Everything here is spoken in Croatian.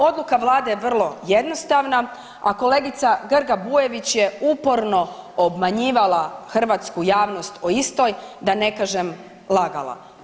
Odluka Vlade je vrlo jednostavna, a kolegica Grga Bujević je uporno obmanjivala hrvatsku javnost o istoj da ne kažem lagala.